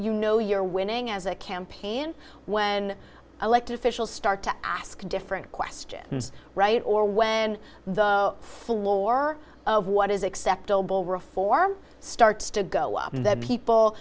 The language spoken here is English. you know you're winning as a campaign when elected officials start to ask different questions right or when the floor of what is acceptable reform starts to go up that people